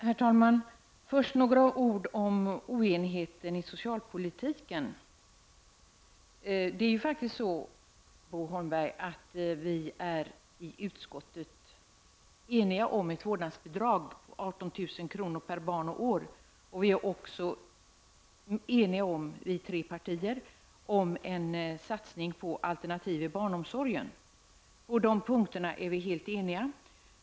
Herr talman! Först några ord om oenigheten i socialpolitiken. Vi är i utskottet eniga om ett vårdnadsbidrag om 18 000 kr. per barn och år. Vi tre oppositionspartier är eniga om en satsning på alternativ i barnomsorgen. På de punkterna är vi helt eniga.